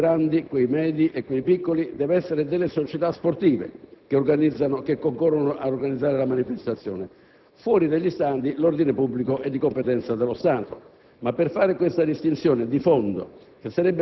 la tutela dell'ordine negli stadi grandi, medi e piccoli deve essere delle società sportive che concorrono ad organizzare la manifestazione; fuori degli stadi l'ordine pubblico è di competenza dello Stato.